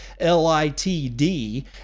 LITD